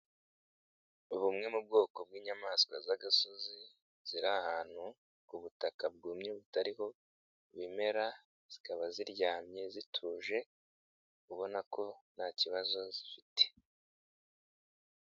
Bumwe mu bwoko bw'inyamaswa z'agasozi ziri ahantu ku butaka bwumye butariho ibimera, zikaba ziryamye zituje ubona ko nta kibazo zifite.